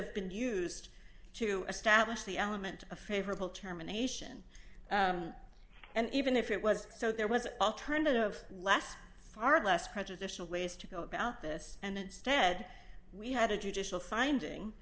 have been used to establish the element of favorable terminations and even if it was so there was an alternative of last far less prejudicial ways to go about this and instead we had a judicial finding